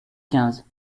quinze